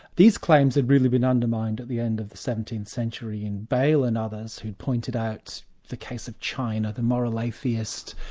these claims have really been undermined at the end of the seventeenth century in bale, and others, who pointed out the case of china, the moral atheist,